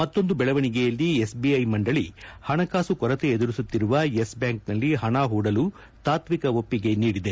ಮತ್ತೊಂದು ಬೆಳವಣಿಗೆಯಲ್ಲಿ ಎಸ್ಬಿಐ ಮಂಡಳಿ ಹಣಕಾಸು ಕೊರತೆ ಎದುರಿಸುತ್ತಿರುವ ಯೆಸ್ ಬ್ಲಾಂಕ್ನಲ್ಲಿ ಹಣ ಹೂಡಲು ತಾತ್ವಿಕ ಒಪ್ಪಿಗೆ ನೀಡಿದೆ